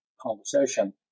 conversation